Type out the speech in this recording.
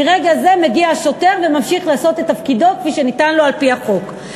מרגע זה מגיע השוטר וממשיך לעשות את תפקידו כפי שניתן לו על-פי החוק.